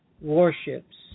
warships